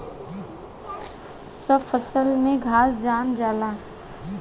सब फसल में घास जाम जाला